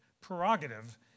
prerogative